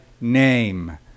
name